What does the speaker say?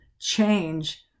change